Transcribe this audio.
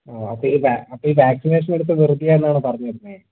ഓ അപ്പം ഈ ഈ വാക്സിനേഷൻ എടുത്തത് വെറുതെ ആണെന്നാണോ പറഞ്ഞു വരുന്നത്